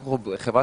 אנחנו חברה